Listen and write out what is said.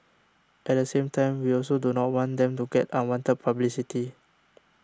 at the same time we also do not want them to get unwanted publicity